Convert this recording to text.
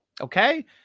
Okay